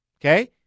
okay